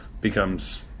becomes